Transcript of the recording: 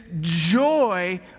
joy